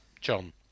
John